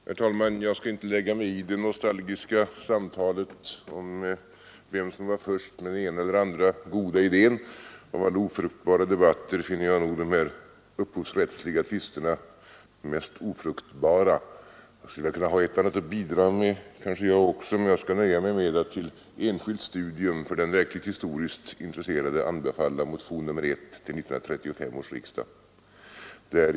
Herr talman! Jag skall inte lägga mig i det nostalgiska samtalet om vem som var först med den ena eller andra goda idén. Av alla ofruktbara debatter finner jag nog de här upphovsrättsliga tvisterna mest ofruktbara. Jag skulle kanske kunna ha ett och annat att bidra med jag också, men jag skall nöja mig med att till enskilt studium för verkligt historiskt intresserade anbefalla motion nr 1 vid 1935 års riksdag.